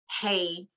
hey